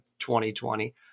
2020